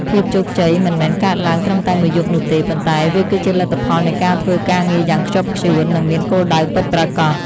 ភាពជោគជ័យមិនមែនកើតឡើងត្រឹមតែមួយយប់នោះទេប៉ុន្តែវាគឺជាលទ្ធផលនៃការធ្វើការងារយ៉ាងខ្ជាប់ខ្ជួន និងមានគោលដៅពិតប្រាកដ។